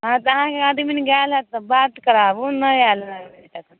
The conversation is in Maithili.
हाँ तऽ अहाँ आदमी गेल हँ तऽ बात कराबू नहि आएल रहै अभी तक